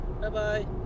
Bye-bye